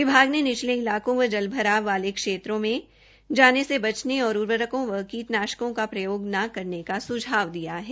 विभाग ने निचले इलाकों व जलभराव वालों क्षेत्रों में जाने से बचने और उर्वरकों व कीटनाशकों का प्रयोग न करने का सुझाव दिया है